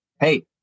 hey